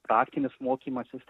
praktinis mokymasis